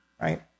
Right